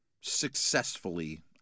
successfully